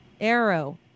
arrow